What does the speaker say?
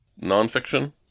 nonfiction